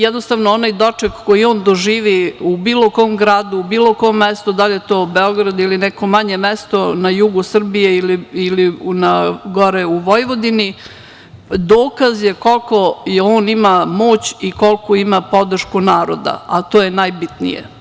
Jednostavno, onaj doček koji on doživi u bilo kom gradu, u bilo kom mestu, da li je to Beograd ili neko manje mesto na jugu Srbije ili gore u Vojvodini, dokaz je koliku on ima moć i koliku podršku naroda, a to je najbitnije.